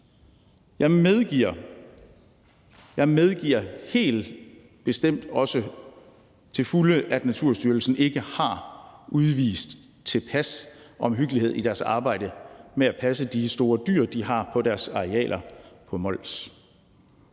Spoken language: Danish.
jeg medgiver helt bestemt også til fulde – at Naturstyrelsen ikke har udvist tilpas omhyggelighed i deres arbejde med at passe de store dyr, de har på deres arealer på Mols.